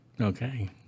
okay